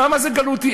למה זה גלותי?